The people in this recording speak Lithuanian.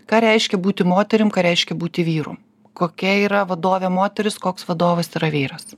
ką reiškia būti moterim ką reiškia būti vyru kokia yra vadovė moteris koks vadovas yra vyras